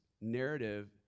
narrative